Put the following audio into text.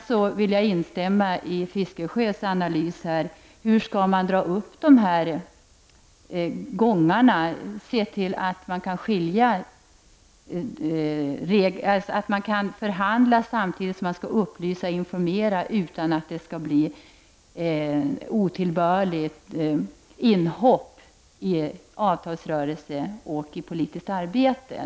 Jag vill även instämma i Bertil Fiskesjös analys av hur gången skall vara, så att man skall kunna förhandla samtidigt som man skall upplysa och informera utan att det blir ett otillbörligt inhopp i avtalsrörelsen och i det politiska arbetet.